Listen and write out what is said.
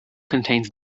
contains